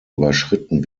überschritten